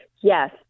Yes